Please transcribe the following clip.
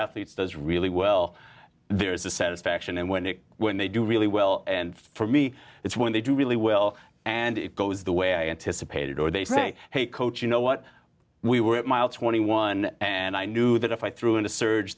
athletes does really well there is a satisfaction and when they win they do really well and for me it's when they do really well and it goes the way i anticipated or they say hey coach you know what we were at mile twenty one and i knew that if i threw in a surge